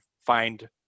find